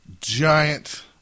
giant